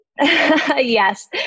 Yes